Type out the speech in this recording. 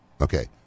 Okay